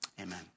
Amen